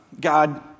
God